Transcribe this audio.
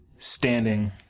Standing